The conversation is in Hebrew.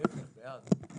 בעד.